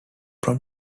from